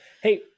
Hey